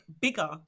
bigger